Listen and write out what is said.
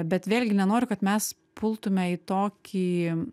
bet vėlgi nenoriu kad mes pultume į tokį